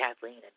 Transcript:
Kathleen